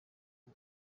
ubu